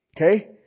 Okay